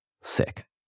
Sick